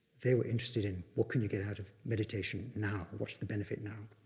they were interested in what can you get out of meditation now, what's the benefit now?